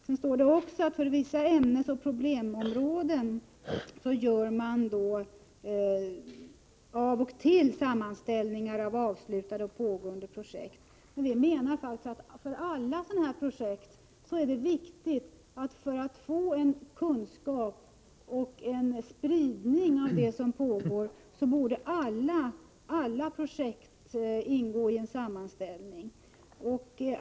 Det står också att för vissa ämnesoch problemområden görs av och till sammanställningar av avslutade och pågående projekt. Vi menar att det är viktigt att få kunskap och spridning av erfarenheterna genom en sammanställning av alla projekt.